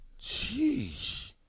Jeez